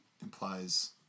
implies